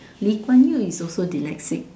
Lee-Kuan-Yew is also dyslexic